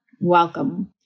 welcome